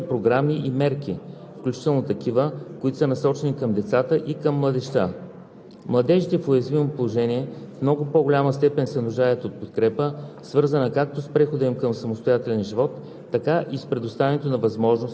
Подобряването на качеството на живот на най-уязвимите групи в обществото е част от политиката в областта на социалното включване. Тя се осъществява чрез редица програми и мерки, включително такива, които са насочени към децата и към младежта.